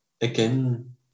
again